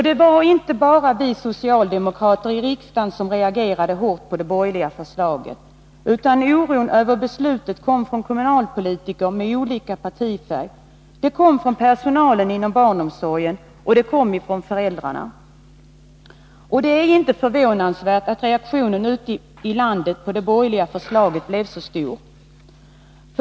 Det var inte bara vi socialdemokrater i riksdagen som reagerade hårt mot det borgerliga förslaget, utan oron över beslutet kom från kommunalpolitiker med olika partifärg, från personalen inom barnomsorgen och från föräldrar. Det är inte förvånansvärt att reaktionen ute i landet på det borgerliga förslaget blev så stor.